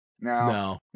No